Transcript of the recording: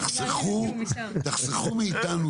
תחסכו מאיתנו,